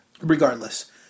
Regardless